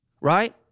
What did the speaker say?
right